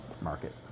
market